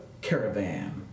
Caravan